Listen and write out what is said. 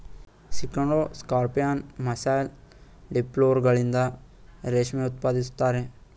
ಸ್ಕಿಡ್ಡೋ scorpion, mussel, ಡಿಪ್ಲುರಗಳಿಂದ ರೇಷ್ಮೆ ಉತ್ಪಾದಿಸುತ್ತಾರೆ